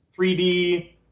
3D